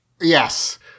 Yes